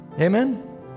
Amen